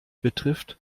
betrifft